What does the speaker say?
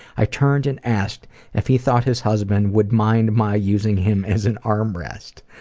i turned and asked if he thought his husband would mind my using him as an armrest.